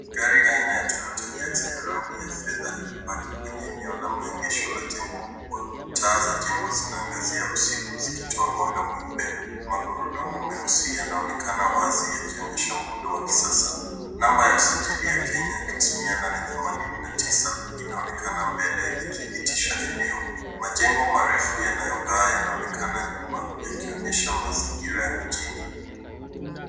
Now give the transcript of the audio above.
Gari aina ya Toyota hiace ya rangi ya fedha imepaki kwenye eneo la maegesho la jengo kubwa. Taa za jengo zinaangazia usiku ukitoa mwanga mweupe. Magurudumu meusi yanaonekana wazi yakionyesha muundo wa kisasa. Namba ya usajili ya Kenya 889 inaonekana mbele ikidhibitisha eneo. Majengo marefu yanayong'aa yanaonekana nyuma yakionyesha mazingira ya mjini.